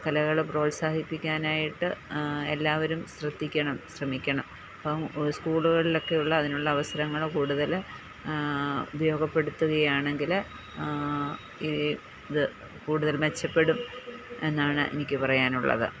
കലകൾ പ്രോത്സാഹിപ്പിക്കാനായിട്ട് എല്ലാവരും ശ്രദ്ധിക്കണം ശ്രമിക്കണം ഇപ്പം സ്കൂളുകളിൽ ഒക്കെ ഉള്ള അതിനുള്ള അവസരങ്ങൾ കൂടുതൽ ഉപയോഗപ്പെടുത്തുകയാണെങ്കിൽ ഈ ത് കൂടുതൽ മെച്ചപ്പെടും എന്നാണ് എനിക്ക് പറയാനുള്ളത്